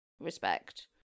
respect